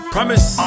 Promise